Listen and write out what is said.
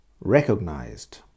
recognized